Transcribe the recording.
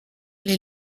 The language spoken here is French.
les